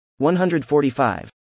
145